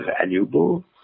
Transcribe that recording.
valuable